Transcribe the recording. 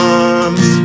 arms